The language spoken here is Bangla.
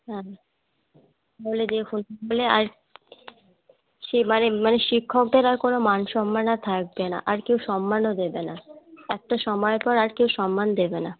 হ্যাঁ মানে দেখুন মানে আর সে মানে মানে শিক্ষকদের আর কোনো মান সম্মান আর থাকবে না আর কেউ সম্মানও দেবে না একটা সময়ের পর আর কেউ সম্মান দেবে না